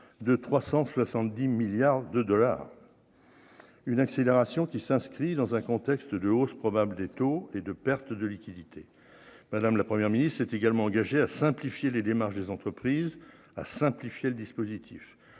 de 370 milliards de dollars une accélération qui s'inscrit dans un contexte de hausse probable des taux et de perte de liquidités, madame la première ministre, il s'est également engagé à simplifier les démarches des entreprises à simplifier le dispositif